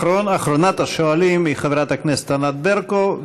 אחרונת השואלים היא חברת הכנסת ענת ברקו,